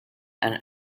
and